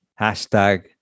hashtag